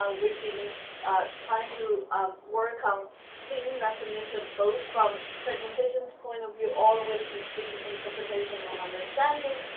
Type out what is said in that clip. ah we've been trying to um work on um scene recognition both from segmentation point of view all the way to scene interpretation and understanding.